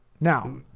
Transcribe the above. Now